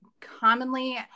commonly